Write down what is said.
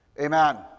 Amen